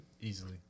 Easily